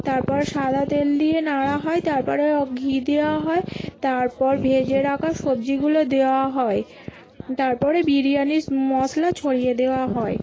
তারপর সাদা তেল দিয়ে নাড়া হয় তারপরে ঘি দেওয়া হয় তারপর ভেজে রাখা সবজিগুলো দেওয়া হয় তারপরে বিরিয়ানির মশলা ছড়িয়ে দেওয়া হয়